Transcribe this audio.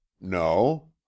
no